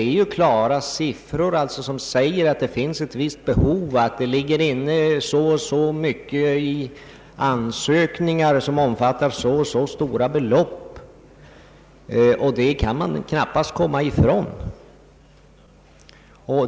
Vi har ju klara siffror som säger att det finns ett visst behov och att det kommit in så och så många ansökningar vilka omfattar så och så stora belopp. Detta kan man knappast komma ifrån.